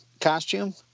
costume